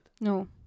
No